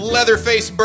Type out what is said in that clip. Leatherface